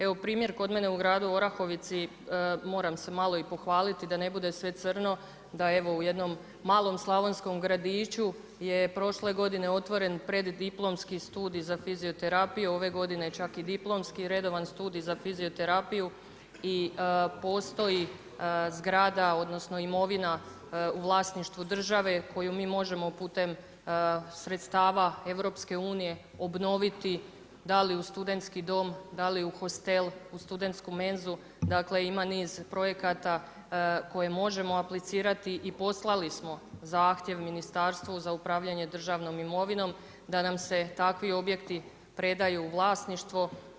Evo primjer, kod mene u gradu Orahovici, moram se malo i pohvaliti da ne bude sve crno, da evo u jednom malom slavonskom gradiću je prošle godine otvoren Preddiplomski studij za fizioterapiju, ove godine čak i diplomski redovan za fizioterapiju i postoji zgrada odnosno imovina u vlasništvu države koju mi možemo putem sredstava EU obnoviti, da li u studentski dom, da li u hostel, u studentsku menzu dakle ima niz projekata koje možemo aplicirati i poslali smo zahtjev Ministarstvu za upravljanje državnom imovinom da nam se takvi objekti predaju u vlasništvo.